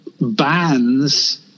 bands